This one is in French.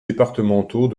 départementaux